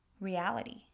reality